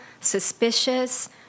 suspicious